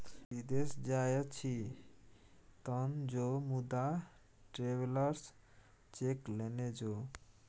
विदेश जाय छी तँ जो मुदा ट्रैवेलर्स चेक लेने जो